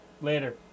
Later